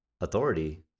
authority